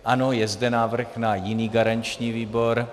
Ano, je zde návrh na jiný garanční výbor...